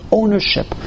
ownership